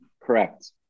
Correct